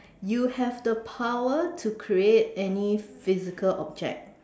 you have the power to create any physical object